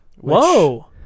Whoa